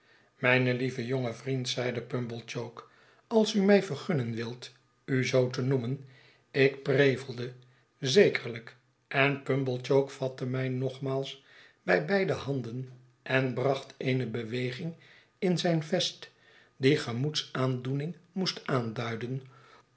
mijn lieve jonge vriend zeide pumblechook als u mij vergunnen wilt u zoo te noemen ik prevelde zekerlijk en pumblechook vatte mij nogmaals bij beide handen en bracht eene beweging in zijn vest die gemoedsaandoening moest aanduiden